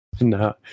No